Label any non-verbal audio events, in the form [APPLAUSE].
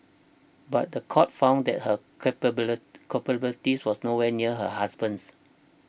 but the court found that her [UNINTELLIGIBLE] culpability was nowhere near her husband's